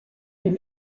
been